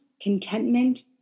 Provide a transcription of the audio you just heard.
contentment